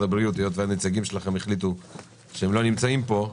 הבריאות היות והנציגים שלכם החליטו שהם לא נמצאים פה.